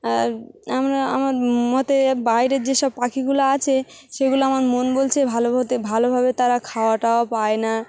আর আমরা আমার মতে বাইরের যেসব পাখিগুলো আছে সেগুলো আমার মন বলছে ভালো হতে ভালোভাবে তারা খাওয়া টাওয়া পায় না